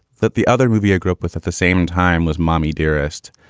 that the other movie i grew up with at the same time was mommy dearest.